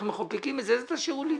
איך מחוקקים את זה תשאירו לי.